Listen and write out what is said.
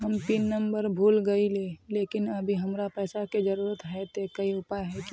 हम pin number भूल गेलिये लेकिन अभी हमरा पैसा के जरुरत है ते कोई उपाय है की?